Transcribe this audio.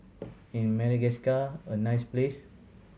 in Madagascar a nice place